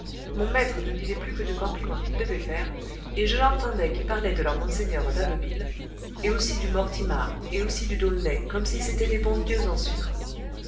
mon maître ne vivait plus que du compliment qu'il devait faire et je l'entendais qui parlait de leur mgr d'abbeville et aussi du mortimar et aussi du d'aulnay comme si c'étaient des bons dieux en sucre